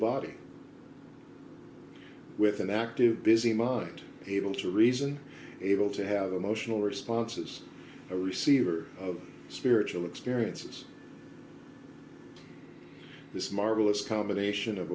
body with an active busy mind able to reason able to have emotional responses a receiver of spiritual experiences this marvelous combination of